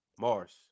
Mars